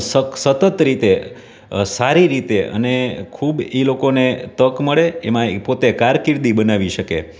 સતત રીતે સારી રીતે અને ખૂબ એ લોકોને તક મળે એમાં એ પોતે કારકિર્દી બનાવી શકે